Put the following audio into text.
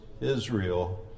Israel